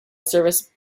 service